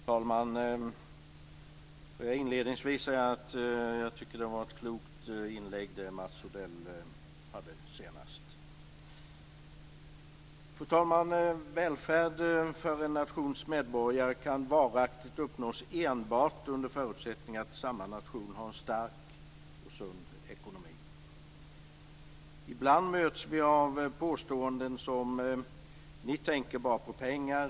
Fru talman! Inledningsvis vill jag säga att det senaste inlägget av Mats Odell var klokt. Välfärd för en nations medborgare kan varaktigt uppnås enbart under förutsättning att samma nation har en stark och sund ekonomi. Ibland möts vi av påståenden som: "Ni tänker bara på pengar."